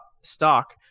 stock